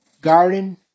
garden